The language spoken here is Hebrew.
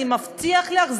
אני מבטיח לך,